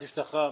יש לך הערכה?